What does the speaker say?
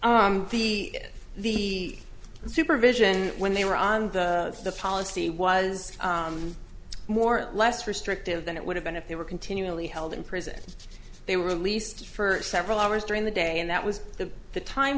court the supervision when they were on the policy was more or less restrictive than it would have been if they were continually held in prison they were released for several hours during the day and that was the the time